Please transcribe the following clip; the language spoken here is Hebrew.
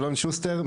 אלון שוסטר,